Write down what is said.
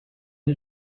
did